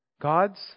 God's